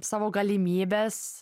savo galimybes